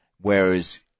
whereas